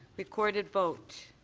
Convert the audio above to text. recorded vote.